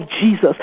Jesus